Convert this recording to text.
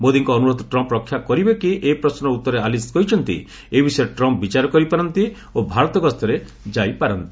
ମୋଦିଙ୍କ ଅନୁରୋଧ ଟ୍ରମ୍ପ ରକ୍ଷା କରିବେ କି ଏକ ପ୍ରଶ୍ୱର ଉତ୍ତରରେ ଆଲିସ କହିଛନ୍ତିଏ ବିଷୟରେ ଟ୍ରମ୍ପ୍ ବିଚାର କରିପାରନ୍ତି ଓ ଭାରତଗସରେ ଯାଇପାରନ୍ତି